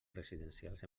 residencials